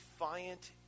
defiant